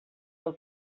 del